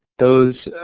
those